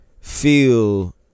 feel